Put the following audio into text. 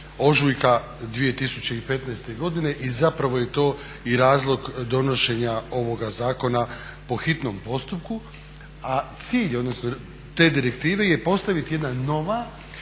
ožujka 2015. godine i zapravo je to i razlog donošenja ovoga zakona po hitnom postupku, a cilj, odnosno te direktive je postaviti jedna nova,